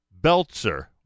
Belzer